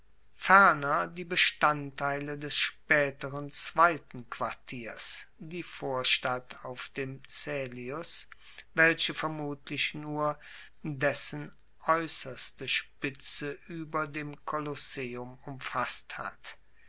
ferner die bestandteile des spaeteren zweiten quartiers die vorstadt auf dem caelius welche vermutlich nur dessen aeusserste spitze ueber dem colosseum umfasst hat